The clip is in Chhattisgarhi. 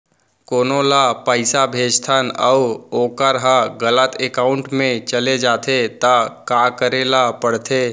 कोनो ला पइसा भेजथन अऊ वोकर ह गलत एकाउंट में चले जथे त का करे ला पड़थे?